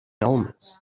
omens